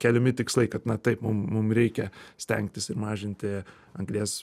keliami tikslai kad na taip mum mum reikia stengtis ir mažinti anglies